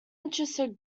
interested